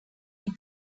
die